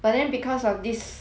circuit breaker